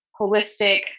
holistic